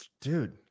dude